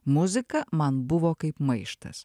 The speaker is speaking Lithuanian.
muzika man buvo kaip maištas